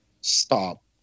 stop